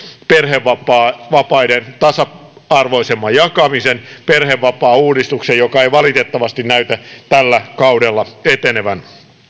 perhevapaiden tasa arvoisemman jakamisen perhevapaauudistuksen joka ei valitettavasti näytä tällä kaudella etenevän